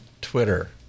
Twitter